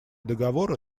договора